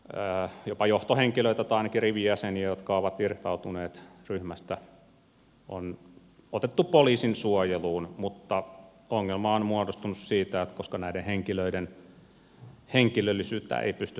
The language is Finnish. esimerkiksi jopa järjestäytyneen rikollisryhmän johtohenkilöitä tai ainakin rivijäseniä jotka ovat irtautuneet ryhmästä on otettu poliisin suojeluun mutta ongelma on muodostunut siitä että näiden henkilöiden henkilöllisyyttä ei pysty häivyttämään